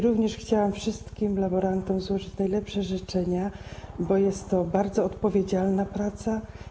Również chciałabym wszystkim laborantom złożyć najlepsze życzenia, bo jest to bardzo odpowiedzialna praca.